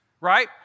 right